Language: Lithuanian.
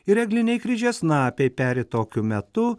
ir egliniai kryžiasnapiai peri tokiu metu